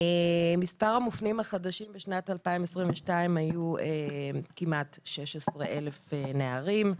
מספר המופנים החדשים בשנת 2022 היו כמעט 16,000 נערים,